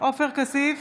עופר כסיף,